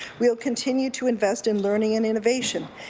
we'll continue to invest in learning and innovation,